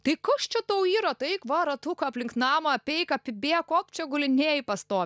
tai kas čia tau yra tai eik va ratuką aplink namą apeik apibėk ko tu čia gulinėji pastoviai